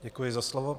Děkuji za slovo.